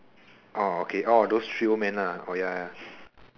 orh okay orh those three old men lah ah ya ya